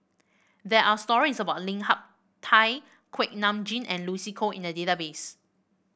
there are stories about Lim Hak Tai Kuak Nam Jin and Lucy Koh in the database